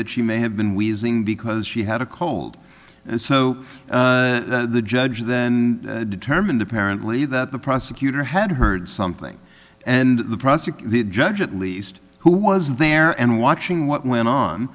that she may have been wheezing because she had a cold and so the judge then determined apparently that the prosecutor had heard something and the prosecutor the judge at least who was there and watching what went on